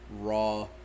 raw